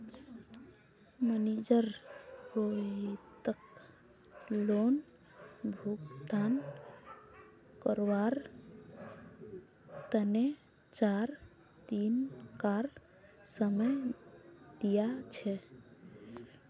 manager रोहितक loan भुगतान करवार तने चार दिनकार समय दिया छे